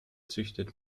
züchtet